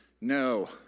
no